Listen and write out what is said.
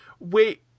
Wait